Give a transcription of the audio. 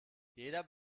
jeder